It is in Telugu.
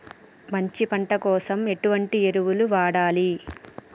మంచి పంట కోసం ఎటువంటి ఎరువులు వాడాలి?